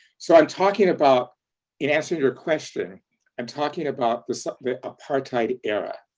so i'm talking about in answering your question i'm talking about the apartheid era,